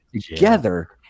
together